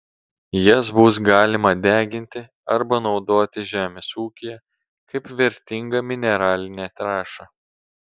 jas bus galima deginti arba naudoti žemės ūkyje kaip vertingą mineralinę trąšą